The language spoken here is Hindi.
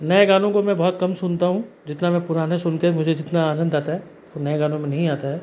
नए गानों को मैं बहुत कम सुनता हूँ जितना मैं पुराने सुन के मुझे जितना आनंद आता है वो नए नए गानों में नहीं आता है